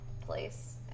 place